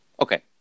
Okay